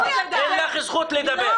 אין לך את הזכות לדבר.